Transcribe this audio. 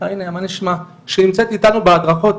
שנמצאת איתנו בהדרכות,